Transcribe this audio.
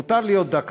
אז מותר לי עוד דקה,